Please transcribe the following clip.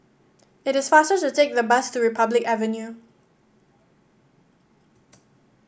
it is faster to take the bus to Republic Avenue